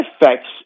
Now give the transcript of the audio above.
affects